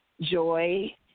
joy